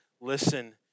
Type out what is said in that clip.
listen